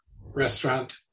restaurant